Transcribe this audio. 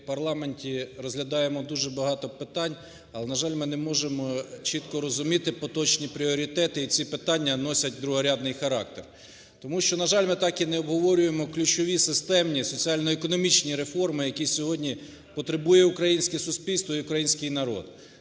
в парламенті розглядаємо дуже багато питань, але, на жаль, ми не можемо чітко розуміти поточні пріоритети, і ці питання носять другорядний характер. Тому що, на жаль, ми так і не обговорюємо ключові, системні, соціально-економічні реформи, які сьогодні потребує українське суспільство і український народ.